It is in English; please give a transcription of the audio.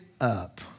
up